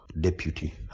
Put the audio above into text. deputy